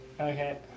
Okay